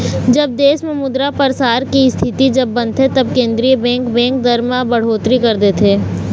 जब देश म मुद्रा परसार के इस्थिति जब बनथे तब केंद्रीय बेंक, बेंक दर म बड़होत्तरी कर देथे